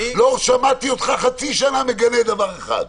לא שמעתי אותך חצי שנה מגנה דבר אחד.